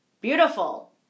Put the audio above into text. Beautiful